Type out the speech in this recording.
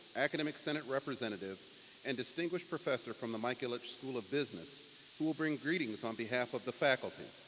academic senate representative and distinguished professor from the mike ilitch school of business who will bring greetings on behalf of the faculty.